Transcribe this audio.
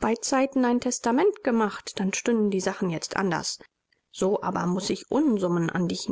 beizeiten ein testament gemacht dann stünden die sachen jetzt anders so aber muß ich unsummen an dich